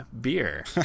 beer